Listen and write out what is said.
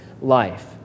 life